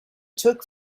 took